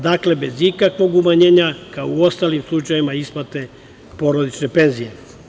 Dakle, bez ikakvog umanjenja, kao u ostalim slučajevima isplate porodične penzije.